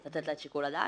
לתת לה את שיקול הדעת.